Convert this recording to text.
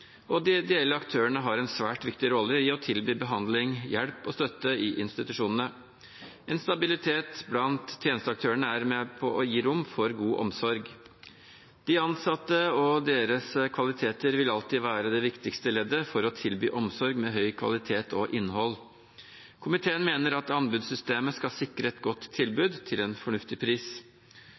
og de ideelle aktørene har en svært viktig rolle i å tilby behandling, hjelp og støtte i institusjonene. En stabilitet blant tjenesteaktørene er med på å gi rom for god omsorg. De ansatte og deres kvaliteter vil alltid være det viktigste leddet for å tilby omsorg med høy kvalitet og godt innhold. Komiteen mener at anbudssystemet skal sikre et godt tilbud til en fornuftig pris.